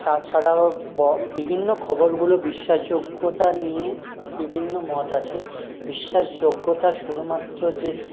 তা ছাড়া বিভিন্ন খবরগুলোর বিশ্বাসযোগ্যতা নিয়ে বিভিন্ন মত আছে বিশ্বাসযোগ্যতা শুধুমাত্র যে